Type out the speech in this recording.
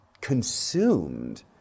consumed